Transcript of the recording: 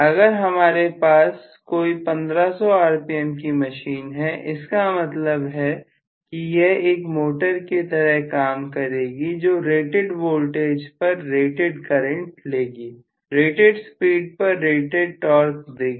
अगर हमारे पास कोई 1500rpm की मशीन है इसका मतलब है कि यह एक मोटर की तरह काम करेगी जो रेटेड वोल्टेज पर रेटेड करंट लेगी रेटेड स्पीड पर रेटेड टॉर्क देगी